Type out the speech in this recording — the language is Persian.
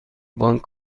بانک